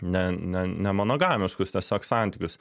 ne ne ne monogamiškus tiesiog santykius